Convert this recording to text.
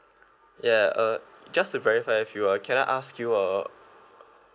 ya uh just to verify with you ah can I ask you err